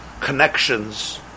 connections